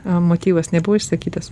motyvas nebuvo išsakytas